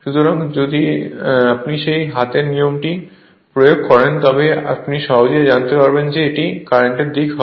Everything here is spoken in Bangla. সুতরাং যদি আপনি সেই হাতের নিয়মটি প্রয়োগ করেন তবে আপনি সহজেই জানতে পারবেন যে এটি কারেন্টের দিক হবে